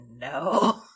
no